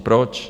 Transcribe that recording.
Proč?